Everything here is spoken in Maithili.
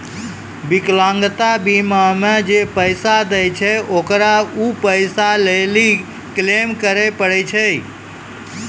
विकलांगता बीमा मे जे पैसा दै छै ओकरा उ पैसा लै लेली क्लेम करै पड़ै छै